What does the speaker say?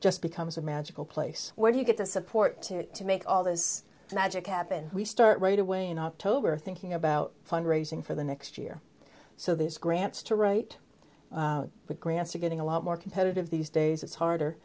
just becomes a magical place where you get the support to make all this magic happen we start right away in october thinking about fundraising for the next year so these grants to write grants are getting a lot more competitive these days it's harder